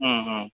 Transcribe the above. हूँ हूँ